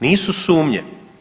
Nisu sumnje.